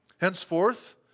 Henceforth